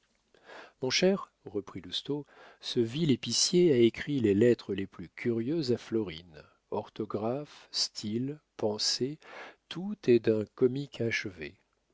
mon cher reprit lousteau ce vil épicier a écrit les lettres les plus curieuses à florine orthographe style pensées tout est d'un comique achevé